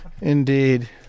indeed